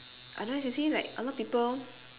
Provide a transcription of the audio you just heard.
otherwise you see like a lot people